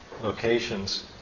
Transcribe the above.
locations